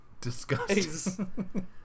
disgusting